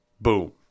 Boom